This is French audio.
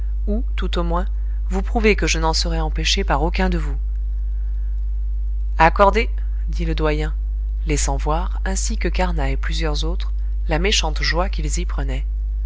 ou tout au moins vous prouver que je n'en serai empêché par aucun de vous accordé dit le doyen laissant voir ainsi que carnat et plusieurs autres la méchante joie qu'ils y prenaient